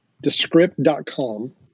Descript.com